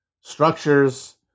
structures